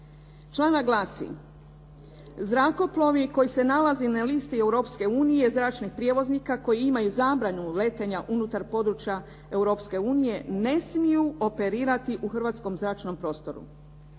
Članak glasi: "Zrakoplovi koji se nalaze na listi Europske unije zračnih prijevoznika koji imaju zabranu letenja unutar područja Europske unije ne smiju operirati u hrvatskom zračnom prostoru.".